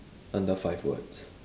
under five words